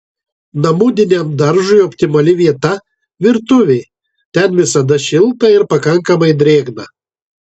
namudiniam daržui optimali vieta virtuvė ten visada šilta ir pakankamai drėgna